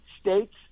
states